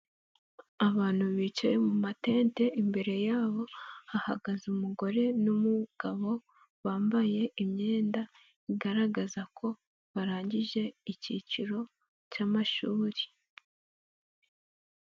Abantu bicaye mu matente imbere yabo hahagaze umugore n'umugabo, bambaye imyenda igaragaza ko barangije ikiciro cy'amashuri.